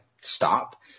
stop